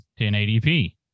1080p